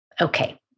okay